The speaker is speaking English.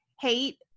hate